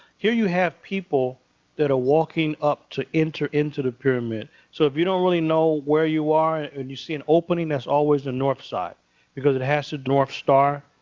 here you have people that are walking up to enter into the pyramid. so if you don't really know where you are, if and you see an opening, that's always the north side because it has the north star.